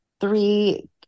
three